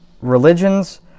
Religions